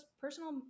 personal